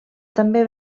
també